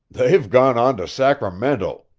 they've gone on to sacramento,